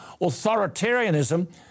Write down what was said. authoritarianism